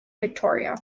victoria